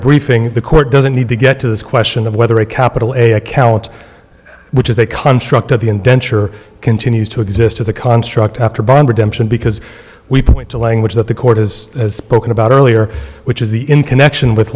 briefing that the court doesn't need to get to this question of whether a capital account which is a construct of the indenture continues to exist as a construct after beyond redemption because we point to language that the court has spoken about earlier which is the in connection with